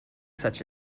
such